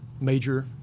major